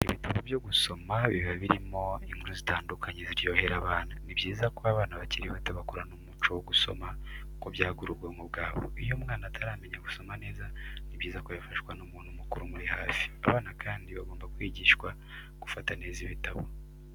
Ibitabo byo gusoma biba birimo inkuru zitandukanye ziryohera abana, ni byiza ko abana bakiri bato bakurana umuco wo gusoma kuko byagura ubwonko bwabo, iyo umwana ataramenya gusoma neza ni byiza ko yafashwa n'umuntu mukuru umuri hafi. Abana kandi bagomba kwigishwa gufata neza ibitabo.